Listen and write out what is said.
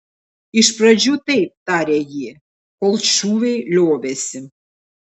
iš pradžių taip tarė ji kol šūviai liovėsi